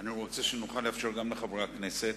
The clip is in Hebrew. אני רוצה שנוכל לאפשר גם לחברי הכנסת.